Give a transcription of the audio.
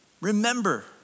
remember